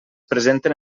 presenten